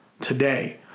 today